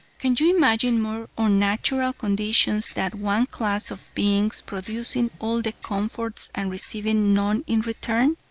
can you imagine more unnatural conditions than one class of beings producing all the comforts and receiving none in return?